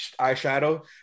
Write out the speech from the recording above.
eyeshadow